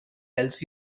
tells